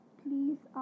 please